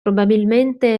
probabilmente